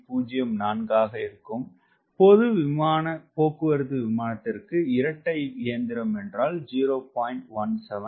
04 ஆக இருக்கும் பொது விமான போக்குவரத்துக்கு இரட்டை இயந்திரம் 0